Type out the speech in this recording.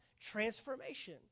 transformation